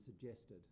suggested